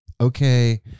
okay